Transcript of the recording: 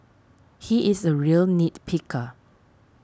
he is a real nit picker